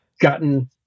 gotten